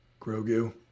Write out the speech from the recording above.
Grogu